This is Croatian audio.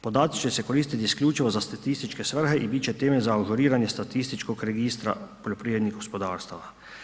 Podaci će se koristiti isključivo za statističke svrhe i bit će temelj za ažuriranje statističkog registra poljoprivrednih gospodarstava.